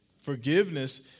Forgiveness